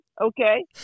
okay